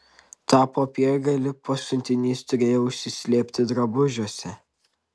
tą popiergalį pasiuntinys turėjo užsislėpti drabužiuose